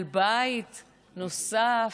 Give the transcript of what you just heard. על בית נוסף,